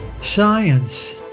Science